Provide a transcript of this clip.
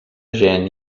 gent